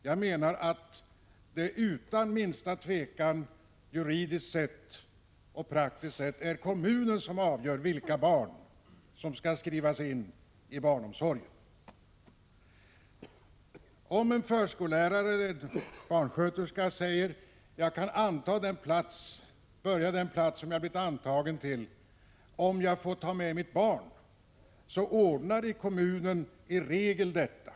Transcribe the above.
Jag menar, utan minsta tvekan, att det juridiskt och praktiskt sett är kommunen som skall avgöra vilka barn som skall skrivas in i barnomsorgen. Om en förskollärare eller barnsköterska säger att hon kan anta den plats som hon har blivit erbjuden om hon får ta med sig sitt barn, ordnar kommunen i regel detta.